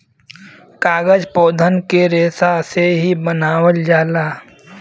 कागज पौधन के रेसा से ही बनावल जाला